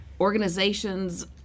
organizations